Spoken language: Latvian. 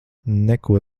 neko